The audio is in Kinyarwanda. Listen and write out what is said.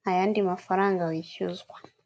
ntayandi mafaranga wishyuzwa.